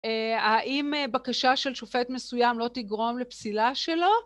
האם בקשה של שופט מסוים לא תגרום לפסילה שלו?